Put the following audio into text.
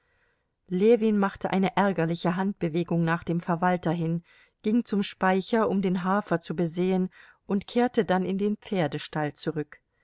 ljewin machte eine ärgerliche handbewegung nach dem verwalter hin ging zum speicher um den hafer zu besehen und kehrte dann in den pferdestall zurück